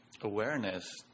awareness